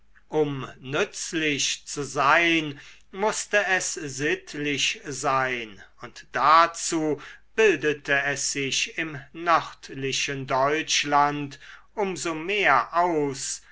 um nützlich zu sein mußte es sittlich sein und dazu bildete es sich im nördlichen deutschland um so mehr aus